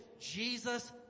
Jesus